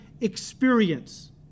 experience